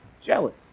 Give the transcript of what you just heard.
jealous